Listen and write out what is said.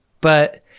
but-